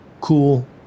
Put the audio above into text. cool